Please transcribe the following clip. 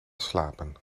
slapen